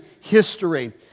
history